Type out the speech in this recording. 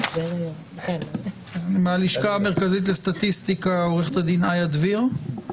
ומהלשכה המרכזית לסטטיסטיקה איה דביר,